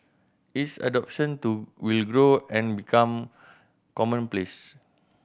its adoption to will grow and become commonplace